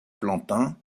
plantin